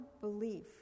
belief